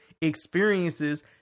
experiences